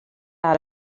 out